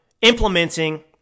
implementing